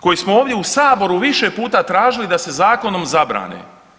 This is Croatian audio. Koji smo ovdje u Saboru više puta tražili da se zakonom zabrane.